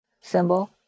symbol